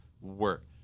work